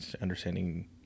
understanding